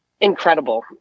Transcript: incredible